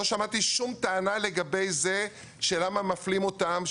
לא שמעתי שום טענה לגבי למה מפלים אותם.